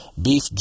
beef